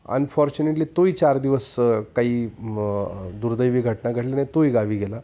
unfortunately तोही चार दिवस काही दुर्दैवी घटना घडल्याने तोही गावी गेला